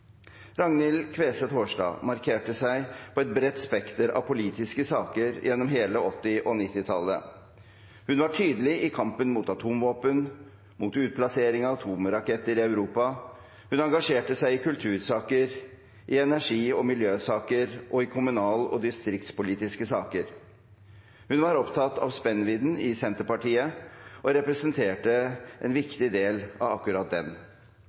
markerte seg i et bredt spekter av politiske saker gjennom hele 1980- og 1990-tallet. Hun var tydelig i kampen mot atomvåpen, mot utplassering av atomraketter i Europa, hun engasjerte seg i kultursaker, i energi- og miljøsaker og i kommunal- og distriktspolitiske saker. Hun var opptatt av spennvidden i Senterpartiet og representerte en viktig del av akkurat den.